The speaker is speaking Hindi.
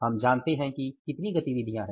हम जानते हैं कि कितनी गतिविधियाँ हैं